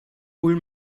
pull